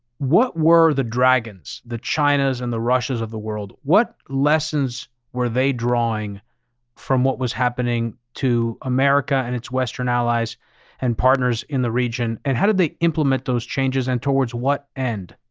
what were the dragons, the chinas and the russias of the world, what lessons were they drawing from what was happening to america and its western allies and partners in the region? and how did they implement those changes and towards what end?